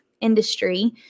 industry